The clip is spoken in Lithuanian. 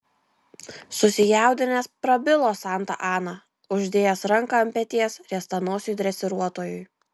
susijaudinęs prabilo santa ana uždėjęs ranką ant peties riestanosiui dresiruotojui